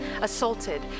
Assaulted